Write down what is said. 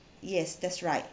yes that's right